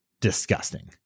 disgusting